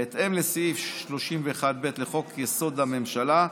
בהתאם לסעיף 31(ב) לחוק-יסוד: הממשלה,